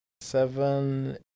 seven